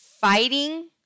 fighting